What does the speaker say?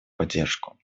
поддержку